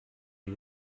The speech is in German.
die